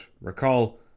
recall